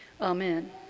Amen